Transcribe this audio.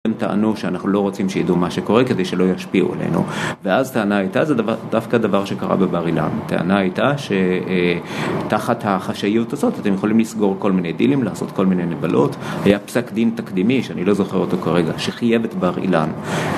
הם טענו שאנחנו לא רוצים שיידעו מה שקורה כדי שלא ישפיעו עלינו ואז טענה הייתה, זה דווקא הדבר שקרה בבר אילן טענה הייתה שתחת החשאיות הזאת אתם יכולים לסגור כל מיני דילים, לעשות כל מיני נבלות היה פסק דין תקדימי, שאני לא זוכר אותו כרגע, שחייב את בר אילן